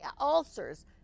ulcers